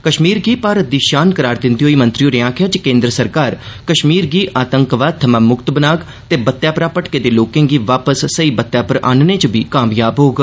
कश्मीर गी भारत दी शान करार दिंदे होई मंत्री होरें आखेआ जे कोन्द्र सरकार कश्मीर गी आतंकवाद थमां मुक्त बनाग ते बत्तै परा भटके दे लोकें गी वापस सेई बत्तै पर आहनने च बी कामयाब बी होग